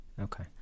okay